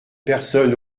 personne